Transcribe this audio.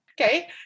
okay